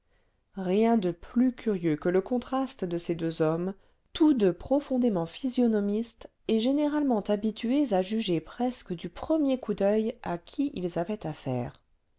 rien de plus curieux que le contraste de ces deux hommes tous deux profondément physionomistes et généralement habitués à juger presque du premier coup d'oeil à qui ils avaient affaire